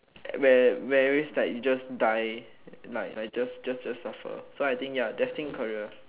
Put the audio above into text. where whereas like you just die like like you just just suffer so I think ya destined career